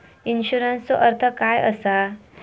इन्शुरन्सचो अर्थ काय असा?